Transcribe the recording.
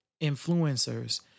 Influencers